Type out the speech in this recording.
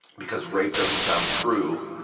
because rape doesn't sound true.